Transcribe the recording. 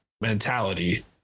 mentality